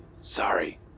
Sorry